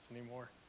anymore